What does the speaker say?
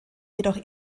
jedoch